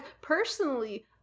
Personally